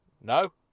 No